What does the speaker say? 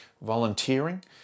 Volunteering